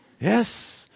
Yes